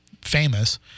famous